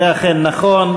זה אכן נכון.